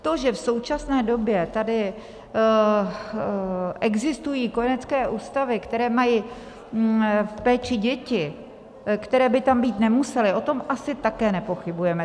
To, že v současné době tady existují kojenecké ústavy, které mají v péči děti, které by tam být nemusely, o tom také asi nepochybujeme.